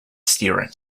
steering